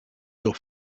your